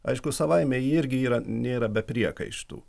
aišku savaime ji irgi yra nėra be priekaištų